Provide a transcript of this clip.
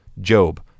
Job